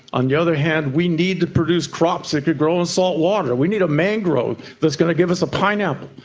on the other hand we need to produce crops that can grow in salt water. we need a mangrove that's going to give us a pineapple.